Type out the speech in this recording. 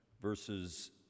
verses